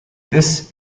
this